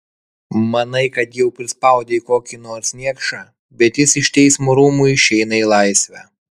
manai kad jau prispaudei kokį nors niekšą bet jis iš teismo rūmų išeina į laisvę